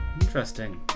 Interesting